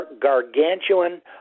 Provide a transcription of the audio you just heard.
gargantuan